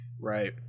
Right